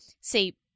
see